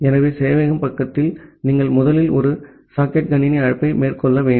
ஆகவே சேவையக பக்கத்தில் நீங்கள் முதலில் ஒரு சாக்கெட் கணினி அழைப்பை மேற்கொள்ள வேண்டும்